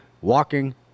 walking